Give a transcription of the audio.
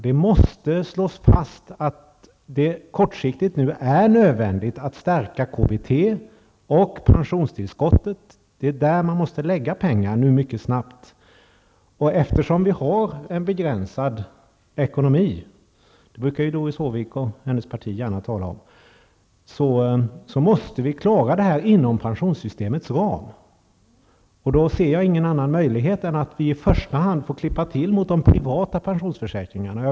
Det måste slås fast att det kortsiktigt nu är nödvändigt att stärka KBT och pensionstillskottet. Det är där man måste lägga pengar mycket snabbt. Eftersom vi har en begränsad ekonomi -- det brukar Doris Håvik och hennes parti gärna tala om -- måste vi klara det här inom pensionssystemets ram. Jag ser ingen annan möjlighet än att vi i första hand måste klippa till mot de privata pensionsförsäkringarna.